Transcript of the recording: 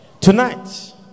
Tonight